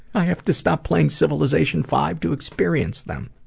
i have to stop playing civilization five to experience them.